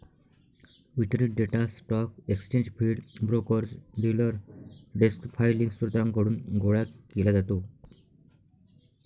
वितरित data stock exchange feed, brokers, dealer desk filing स्त्रोतांकडून गोळा केला जातो